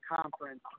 conference